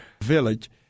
village